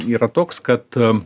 yra toks kad